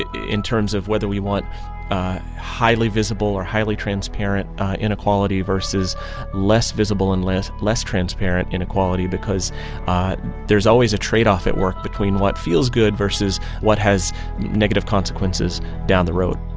in terms of whether we want highly visible or highly transparent inequality versus less visible and less less transparent inequality because there's always a tradeoff at work between what feels good versus what has negative consequences down the road